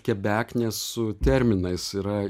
kebeknės su terminais yra